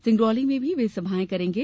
सिंगरौली में भी वे सभाएं करेंगे